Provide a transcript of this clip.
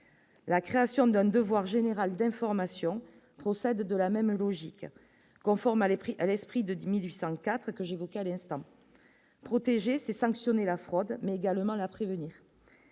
la création d'un devoir général d'information procède de la même logique conforme à les prix à l'esprit de 10804 que j'évoquais à l'instant, protégé, c'est sanctionner la fraude mais également la prévenir,